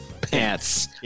Pants